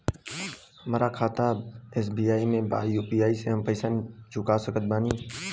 हमारा खाता एस.बी.आई में बा यू.पी.आई से हम पैसा चुका सकत बानी?